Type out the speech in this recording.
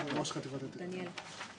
ראש חטיבת התכנון.